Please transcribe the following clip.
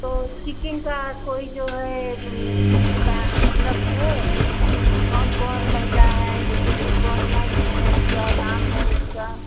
तो किचेन का कोई जो है ता मतलब है ही कौन कौन महिला है जैसे कि कौन नर्स है क्या नाम है उसका